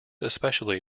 especially